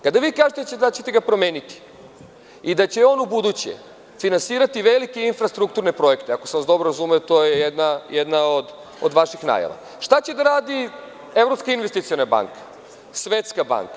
Kada kažete da ćete ga promeniti i da će on ubuduće finansirati velike infrastrukturne projekte, ako sam vas dobro razumeo, to je jedna od vaših najava, šta će da radi Evropska investiciona banka, Svetska banka?